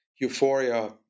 euphoria